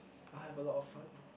I have a lot of fun